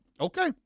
Okay